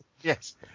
Yes